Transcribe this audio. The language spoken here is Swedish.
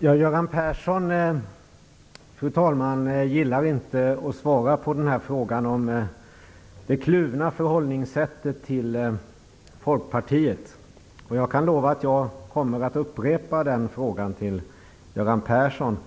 Fru talman! Göran Persson gillar inte att svara på frågan om det kluvna förhållningssättet till Folkpartiet. Jag kan lova att jag kommer att upprepa den frågan till Göran Persson.